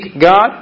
God